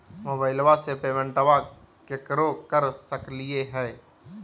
मोबाइलबा से पेमेंटबा केकरो कर सकलिए है?